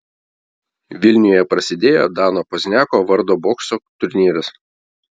vilniuje prasidėjo dano pozniako vardo bokso turnyras